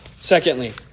Secondly